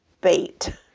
bait